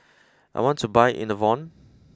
I want to buy Enervon